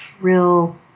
real